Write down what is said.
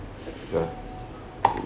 ya